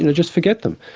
you know just forget them.